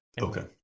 Okay